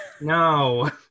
No